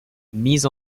mise